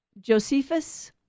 Josephus